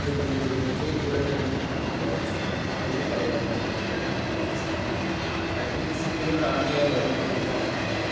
இது பண்ணி கொடுக்கும் போது கேக் கூட ரெடி பண்ணி கொடுக்கும் போது இது கிடையாது அவங்களுக்கு அது ரொம்ப கஷ்டம் இது சிக்கலையும் தாண்டி அவங்க ரன் பண்ணிக்கிட்டுதான் இருக்காங்க